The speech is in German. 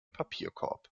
papierkorb